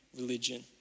religion